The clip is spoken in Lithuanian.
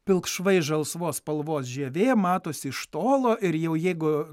pilkšvai žalsvos spalvos žievė matosi iš tolo ir jau jeigu